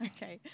Okay